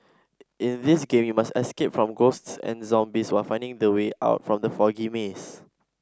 in this game you must escape from ghosts and zombies while finding the way out from the foggy maze